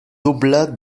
oblats